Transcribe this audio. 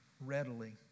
readily